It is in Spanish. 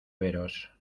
veros